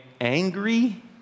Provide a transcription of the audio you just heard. angry